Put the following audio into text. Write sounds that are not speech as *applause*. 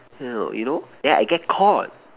*noise* you know then I get caught